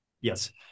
Yes